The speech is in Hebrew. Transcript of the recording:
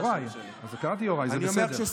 יוראי, אז קראתי יוראי, זה בסדר.